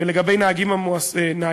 ולגבי נהגים מועסקים,